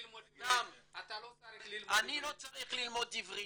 אתה לא צריך ללמוד עברית.